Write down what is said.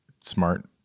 smart